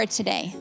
today